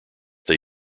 they